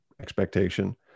expectation